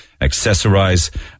accessorize